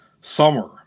Summer